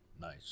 Nice